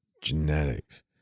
genetics